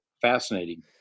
fascinating